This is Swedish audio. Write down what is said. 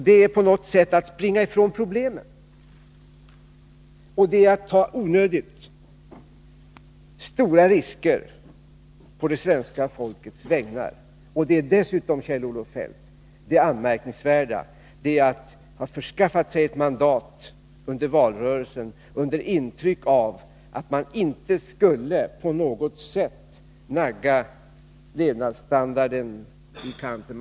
Det här är ett sätt att springa i väg från problemen. Det är dessutom att ta onödigt stora risker på det svenska folkets vägnar. Det är, Kjell-Olof Feldt, anmärkningsvärt därför att man har förskaffat sig ett mandat genom att under valrörelsen ge intryck av att man inte på något sätt skulle nagga levnadsstandarden i kanten.